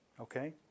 Okay